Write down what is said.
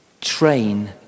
Train